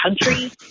country